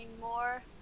more